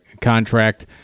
contract